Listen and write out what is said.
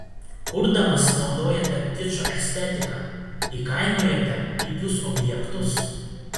kurdamas naudojate kičo estetiką įkainojate pigius objektus